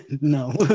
No